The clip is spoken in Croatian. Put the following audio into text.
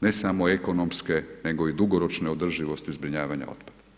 ne samo ekonomske, nego i dugoročne održivosti zbrinjavanje otpada.